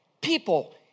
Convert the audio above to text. people